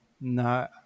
No